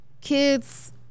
kids